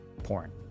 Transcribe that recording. porn